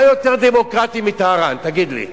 מה יותר דמוקרטי מטהרן, תגיד לי?